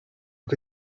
que